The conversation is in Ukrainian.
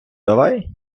давай